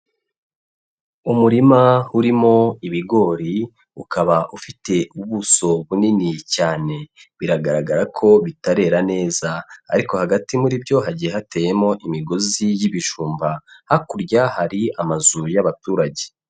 Umurima urimo ibigori, ukaba ufite ubuso bunini cyane, biragaragara ko bitarera neza ariko hagati muri byo hagiye hateyemo imigozi y'ibijumba, hakurya hari amazu y'abaturage.